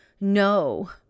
no